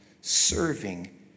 serving